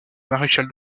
maréchal